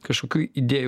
kažkokių idėjų